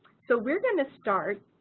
so we're going to start